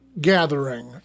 gathering